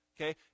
Okay